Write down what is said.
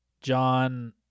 John